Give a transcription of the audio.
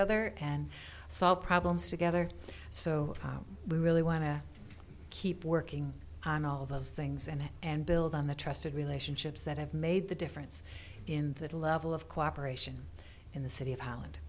other and solve problems together so we really want to keep working on all of those things and and build on the trusted relationships that have made the difference in the level of cooperation in the city of holland